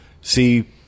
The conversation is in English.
see